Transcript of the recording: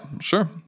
sure